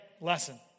lesson